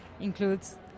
includes